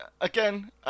again